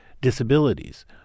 disabilities